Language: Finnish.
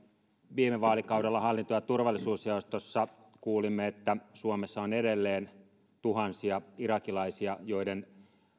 viime vaalikaudella hallinto ja turvallisuusjaostossa kuulimme että suomessa on edelleen tuhansia irakilaisia joiden